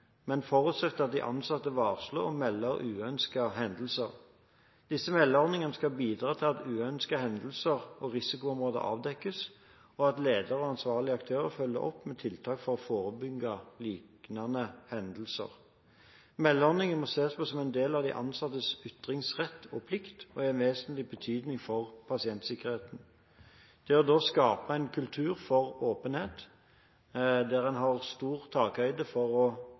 men forutsetter at de ansatte varsler og melder uønskede hendelser. Disse meldeordningene skal bidra til at uønskede hendelser og risikoområder avdekkes, og at ledelse og ansvarlige aktører følger opp med tiltak for å forebygge liknende hendelser. Meldeordningene må ses på som en del av de ansattes ytringsrett og plikt, og er av vesentlig betydning for pasientsikkerheten. Det å skape en kultur for åpenhet der en har stor takhøyde for å